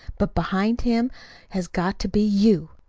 but behind him has got to be you.